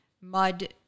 mud